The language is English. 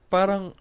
Parang